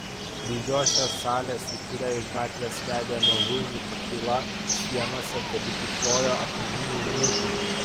didžiosios salės į kurią iš gatvės vedė nuožulni pakyla sienose tebekyšojo akmeniniai luitai